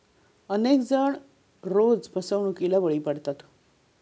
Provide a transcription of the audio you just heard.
अनेक जण रोज फसवणुकीला बळी पडतात